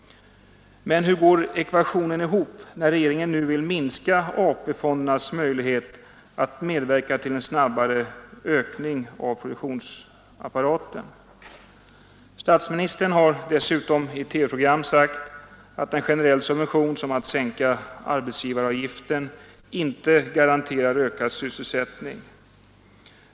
Men hur går ekvationen ihop när regeringen nu vill minska AP-fondernas möjlighet att medverka till en snabbare ökning av produktionsapparaten? Statsministern har dessutom i ett TV-program sagt att en generell subvention, såsom sänkning av arbetsgivaravgiften, inte garanterar ökad sysselsättning.